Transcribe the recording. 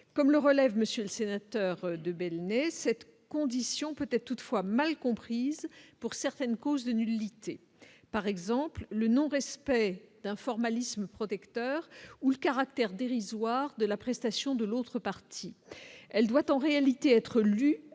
comme le relève, Monsieur le Sénateur de Belenet cette condition peut-être toutefois mal comprise, pour certaines causes de nullité par exemple le non-respect d'un formalisme protecteurs ou le caractère dérisoire de la prestation de l'autre partie, elle doit en réalité être lus